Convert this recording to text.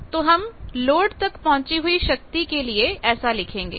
तो हम लोड तक पहुंची हुई शक्ति के लिए ऐसा लिखेंगे